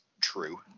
true